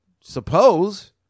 suppose